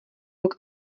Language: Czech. rok